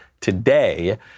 today